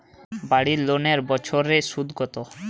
বাড়ি লোনের বছরে সুদ কত?